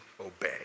obey